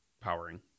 powering